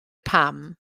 pam